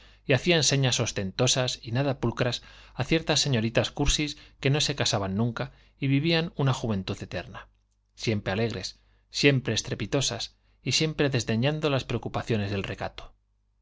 y hacían señas ostentosas y nada pulcras a ciertas señoritas cursis que no se casaban nunca y vivían una juventud eterna siempre alegres siempre estrepitosas y siempre desdeñando las preocupaciones del recato